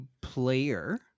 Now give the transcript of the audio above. player